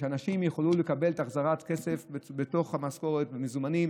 כדי שאנשים יוכלו לקבל את החזר הכסף בתוך המשכורת במזומנים